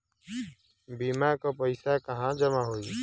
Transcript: बीमा क पैसा कहाँ जमा होई?